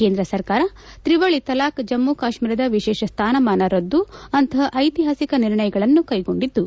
ಕೇಂದ್ರ ಸರ್ಕಾರ ತ್ರಿವಳಿ ತಲಾಖ್ ಜಮ್ಮು ಕಾಶ್ೀರದ ವಿಶೇಷ ಸ್ಥಾನಮಾನ ರದ್ದು ಅಂಥಹ ಐತಿಹಾಸಿಕ ನಿರ್ಣಯಗಳನ್ನು ಕೈಗೊಂಡಿದ್ದು